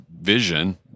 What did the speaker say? vision